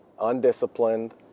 undisciplined